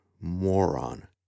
Moron